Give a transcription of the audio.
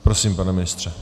Prosím, pane ministře.